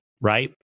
right